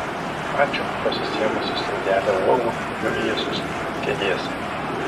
ačiū pasisėmusi saujelę uogų julija susmuko ant kėdės